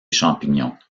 champignons